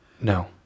No